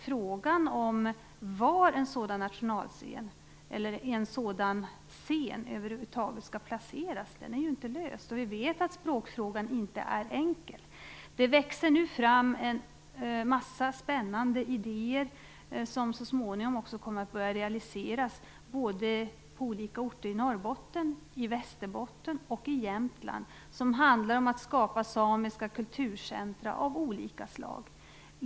Frågan om var en sådan nationalscen, eller en sådan scen över huvud taget, skall placeras är inte löst, och vi vet att språkfrågan inte är enkel. Det växer nu fram en massa spännande idéer som så småningom också kommer att börja realiseras på olika orter i Norrbotten, i Västerbotten och i Jämtland som handlar om att skapa samiska kulturcentrum av olika slag.